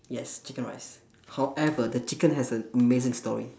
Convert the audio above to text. yes chicken rice however the chicken has an amazing stories